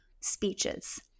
speeches